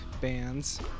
bands